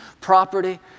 property